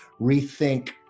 rethink